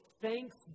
thanks